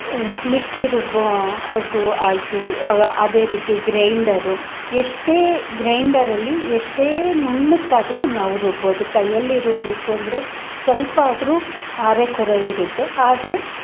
mixie ರುಬ್ಬೋ ಅದು ಆಯಿತು ಅದೇ ರೀತಿ ಗ್ರೈಂಡರು ಎಷ್ಟೇ ಗ್ರೈಂಡರಲ್ಲಿ ಎಷ್ಟೇ ನುಣ್ಣುಗಾದರೂ ನಾವು ರುಬ್ಬೋದು ಕೈಯಲ್ಲಿ ರುಬ್ಬೇಕು ಅಂದರೆ ಸ್ವಲ್ಪ ಆದರೂ ಅರೆಕುರೆ ಇರುತ್ತೆ ಆದರೆ